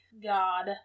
god